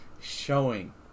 showing